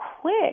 quick